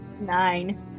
Nine